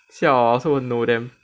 siao I also won't know them